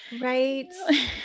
Right